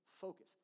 focus